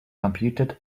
computed